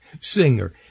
singer